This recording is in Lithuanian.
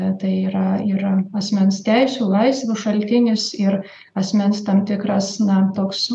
tai yra yra asmens teisių laisvių šaltinis ir asmens tam tikras na toks